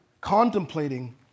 contemplating